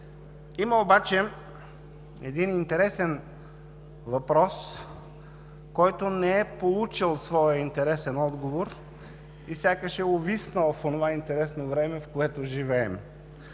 Има обаче един интересен въпрос, който не е получил своя интересен отговор, и сякаш е увиснал в онова интересно време, в което живеем: